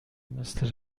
مثل